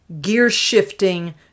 gear-shifting